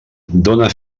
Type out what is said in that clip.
done